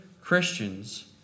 Christians